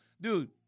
Dude